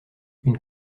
une